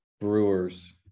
Brewers